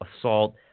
assault